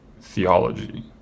theology